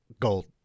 Gold